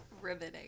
Riveting